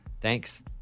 Thanks